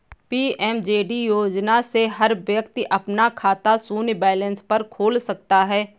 PMJD योजना से हर व्यक्ति अपना खाता शून्य बैलेंस पर खोल सकता है